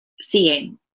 seeing